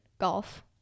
golf